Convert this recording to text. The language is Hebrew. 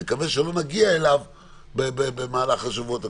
ואני מקווה שלא נגיע אליו במהלך השבועות הקרובים.